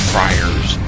Friars